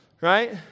right